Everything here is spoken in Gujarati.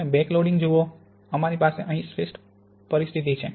તમે બેકલોડિંગ જુઓ અમારી પાસે અહીં શ્રેષ્ઠ પરિસ્થિતિ છે